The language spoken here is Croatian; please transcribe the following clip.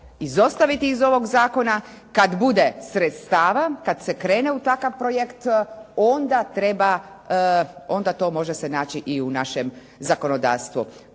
izostaviti iz ovog zakona, kada bude sredstva kada se krene u takav projekt onda to može se naći i u našem zakonodavstvu.